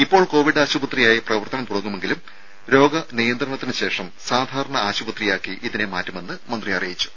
ഇപ്പോൾ കോവിഡ് ആശുപത്രിയായി പ്രവർത്തനം തുടങ്ങുമെങ്കിലും രോഗ നിയന്ത്രണത്തിന് ശേഷം സാധാരണ ആശുപത്രിയാക്കി ഇതിനെ മാറ്റുമെന്ന് മന്ത്രി അറിയിച്ചു